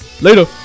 Later